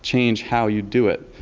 change how you do it.